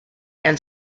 and